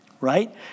Right